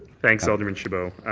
thanks, alderman chabot.